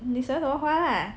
你喜欢什么花 lah